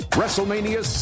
WrestleMania